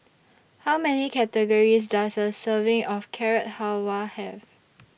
How Many Calories Does A Serving of Carrot Halwa Have